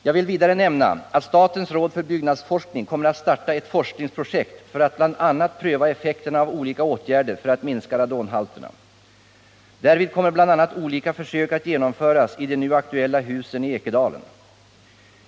Jag vill vidare nämna att statens råd för byggnadsforskning kommer att starta ett forskningsprojekt för att bl.a. pröva effekterna av olika åtgärder för att minska radonhalterna. Därvid kommer bl.a. olika försök att genomföras i de nu aktuella husen i Ekedalen.